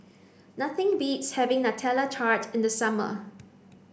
nothing beats having nutella tart in the summer